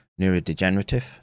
neurodegenerative